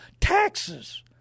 Taxes